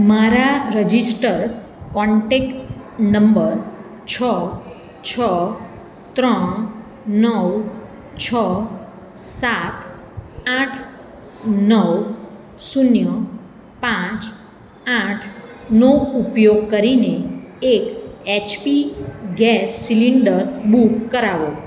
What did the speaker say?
મારા register contact number છ છ ત્રણ નવ છ સાત આઠ નવ શૂન્ય પાંચ આઠ નો ઉપયોગ કરીને એક એચપી ગેસ સિલિન્ડર બુક કરાવો